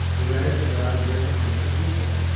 the ranns demanded recompense of liquor,